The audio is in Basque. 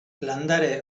landare